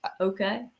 okay